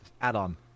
add-on